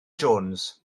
jones